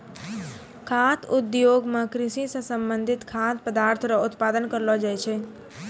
खाद्य उद्योग मे कृषि से संबंधित खाद्य पदार्थ रो उत्पादन करलो जाय छै